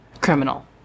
criminal